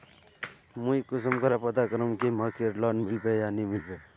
मुई कुंसम करे पता करूम की मकईर लोन मिलबे या नी मिलबे?